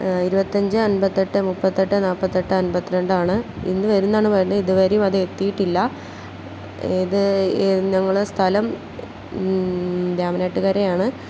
ഇരുപത്തിയഞ്ച് അൻപത്തിയെട്ട് മുപ്പത്തിയെട്ട് നാല്പ്പത്തിയെട്ട് അൻപത്തിരണ്ടാണ് ഇന്ന് വരുമെന്നാണ് പറഞ്ഞത് ഇതുവരെയും അത് എത്തിയിട്ടില്ല ഇത് ഞങ്ങളുടെ സ്ഥലം രാമനാട്ടുകരയാണ്